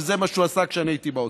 שזה מה שהוא עשה כשאני הייתי באוצר?